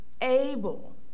able